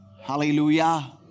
Hallelujah